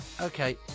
Okay